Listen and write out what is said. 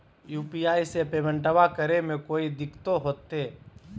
UPI से पेमेंटबा करे मे कोइ दिकतो होते?